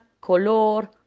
color